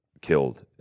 killed